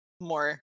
more